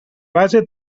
base